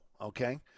okay